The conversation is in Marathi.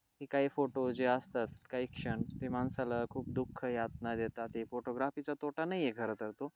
की काही फोटो जे असतात काही क्षण ते माणसाला खूप दुःख यातना देतात ते फोटोग्राफीचा तोटा नाही आहे खरंतर तो